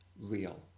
real